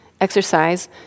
exercise